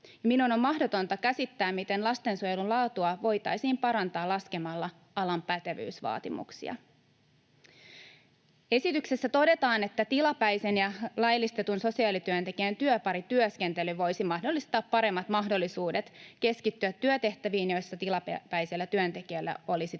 Minun on mahdotonta käsittää, miten lastensuojelun laatua voitaisiin parantaa laskemalla alan pätevyysvaatimuksia. Esityksessä todetaan, että tilapäisen ja laillistetun sosiaalityöntekijän työparityöskentely voisi mahdollistaa paremmat mahdollisuudet keskittyä työtehtäviin, joissa tilapäisellä työntekijällä olisi toimivalta.